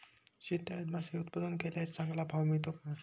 शेततळ्यात मासे उत्पादन केल्यास चांगला भाव मिळतो का?